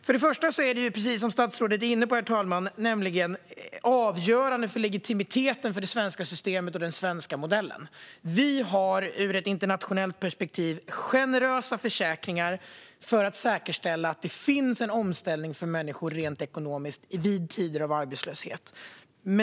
För det första är det - precis som statsrådet är inne på, herr talman - avgörande för legitimiteten för det svenska systemet och den svenska modellen. Vi har ur ett internationellt perspektiv generösa försäkringar för att säkerställa att det finns en omställning för människor rent ekonomiskt vid tider av arbetslöshet.